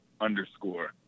underscore